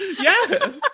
Yes